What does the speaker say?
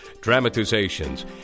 dramatizations